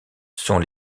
sont